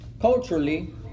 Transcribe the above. culturally